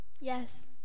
Yes